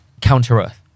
counter-earth